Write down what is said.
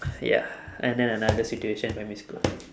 ya and then another situation primary school